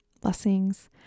Blessings